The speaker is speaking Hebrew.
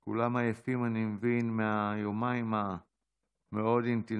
עייפים, אני מבין, מהיומיים המאוד-אינטנסיביים.